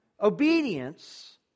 obedience